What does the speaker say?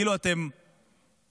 כאילו אתם מחשב,